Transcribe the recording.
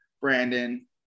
Brandon